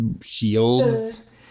shields